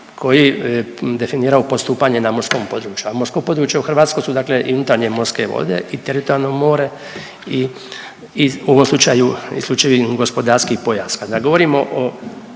koji definiraju postupanje na morskom području, a morsko područje u Hrvatskoj su dakle i unutarnje morske vode i teritorijalno more i u ovom slučaju isključivi gospodarski pojas. Kada govorimo o